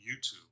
YouTube